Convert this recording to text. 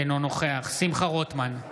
אינו נוכח שמחה רוטמן,